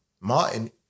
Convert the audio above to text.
Martin